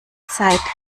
zeit